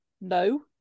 no